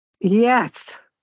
Yes